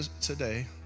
today